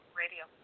radio